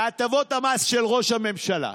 בהטבות המס של ראש הממשלה.